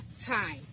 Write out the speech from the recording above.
time